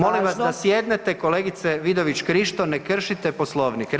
Molim vas da sjednice kolegice Vidović Krišto, ne kršite Poslovnik.